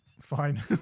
fine